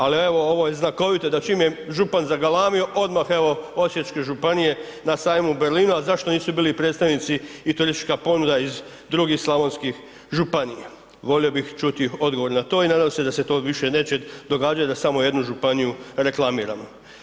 Ali evo ovo je znakovito da čim je župan zagalamio odmah evo Osječke županije na sajmu u Berlinu, al' zašto nisu bili i predstavnici, i turistička ponuda iz drugim slavonskih županija, volio bih čuti odgovor na to i nadam se da se to više neće događati da samo jedna županiju reklamiramo.